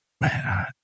Man